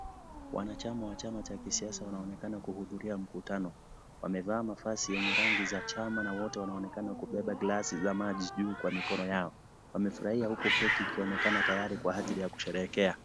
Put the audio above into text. Wanachama wa chama cha kisiasa wanaonekana kuhudhuria mkutano wamevaa mavazi ya rangi ya chama na wanaonekana kubeba glasi za maji juu ya mikono yao wamefurahia huku keki ikikatwa kwa ajili ya kusherehekea.